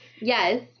Yes